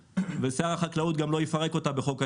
ושר החקלאות גם לא יפרק אותה בחוק ההסדרים,